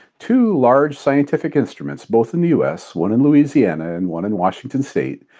two large scientific instruments, both in the u s, one in louisiana and one in washington state,